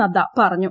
നദ്ദ പറഞ്ഞു